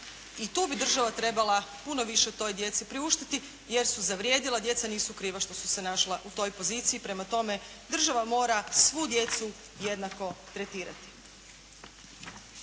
i tu bi država trebala puno više toj djeci priuštiti jer su zavrijedila, djeca nisu kriva što su se našla u toj poziciji. Prema tome, država mora svu djecu jednako tretirati.